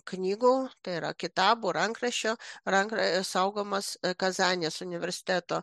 knygų tai yra kitabų rankraščių rankr saugomas kazanės universiteto